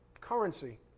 currency